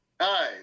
Hi